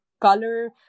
color